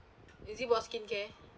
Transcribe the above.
is it about skincare